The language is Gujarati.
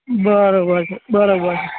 બરાબર છે બરાબર છે